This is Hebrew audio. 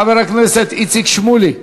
חבר הכנסת איציק שמולי.